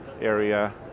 area